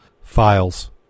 files